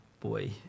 boy